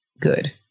good